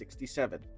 67